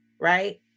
right